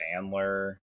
Sandler